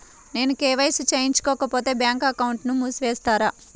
నేను కే.వై.సి చేయించుకోకపోతే బ్యాంక్ అకౌంట్ను మూసివేస్తారా?